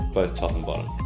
both top and bottom.